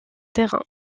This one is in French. terrain